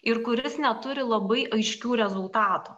ir kuris neturi labai aiškių rezultatų